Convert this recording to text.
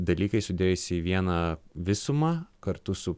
dalykai sudėjus į vieną visumą kartu su